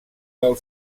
del